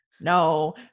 no